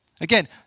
again